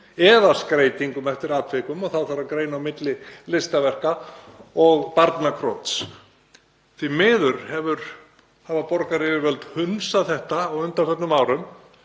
eða skreytingum eftir atvikum, og þá þarf að greina á milli listaverka og barnakrots. Því miður hafa borgaryfirvöld hunsað þetta á undanförnum árum